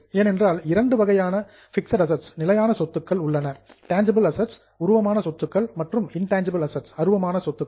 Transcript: ஏனென்றால் இரண்டு வகையான பிக்ஸட் அசட்ஸ் நிலையான சொத்துக்கள் உள்ளன டேன்ஜிபிள் அசட்ஸ் உருவமான சொத்துக்கள் மற்றும் இன்டேன்ஜிபிள் அசட்ஸ் அருவமான சொத்துக்கள்